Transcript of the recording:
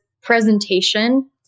presentation